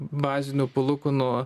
bazinių palūkanų